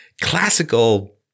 classical